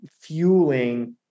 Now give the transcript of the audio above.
fueling